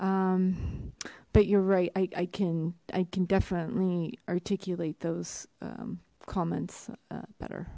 um but you're right i can i can definitely articulate those um comments uh better